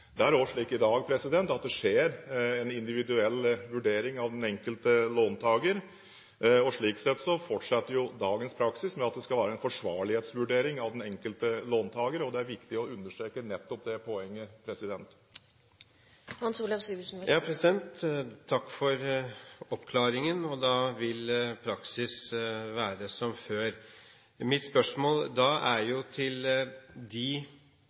Det er også i dag slik at det skjer en individuell vurdering av den enkelte låntaker. Slik sett fortsetter jo dagens praksis med at det skal være en forsvarlighetsvurdering av den enkelte låntaker. Det er viktig å understreke nettopp det poenget. Takk for oppklaringen. Da vil altså praksis være som før. Mitt spørsmål